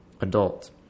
adult